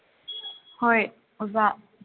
ꯍꯣꯏ ꯑꯣꯖꯥ